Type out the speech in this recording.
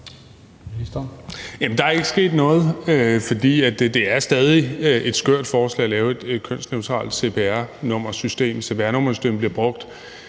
Der er ikke sket noget, for det er stadig et skørt forslag at lave et kønsneutralt cpr-nummersystem. Cpr-nummersystemet bliver brugt